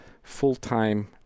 full-time